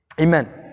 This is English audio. Amen